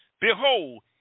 behold